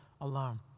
alone